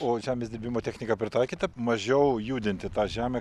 o žemės dirbimo technika pritaikyta mažiau judinti tą žemę